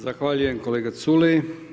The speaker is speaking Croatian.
Zahvaljujem kolega Culej.